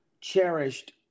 cherished